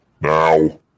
now